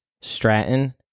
Stratton